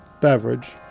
beverage